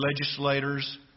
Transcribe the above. legislators